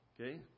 Okay